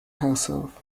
herself